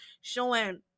showing